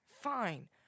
Fine